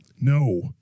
No